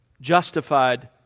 justified